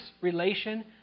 relation